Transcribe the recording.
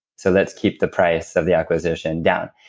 so let's keep the price of the acquisition down.